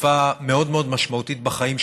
תקופה מאוד מאוד משמעותית בחיים שלהם,